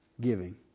giving